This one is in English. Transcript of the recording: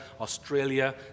Australia